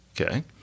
okay